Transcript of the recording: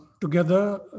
together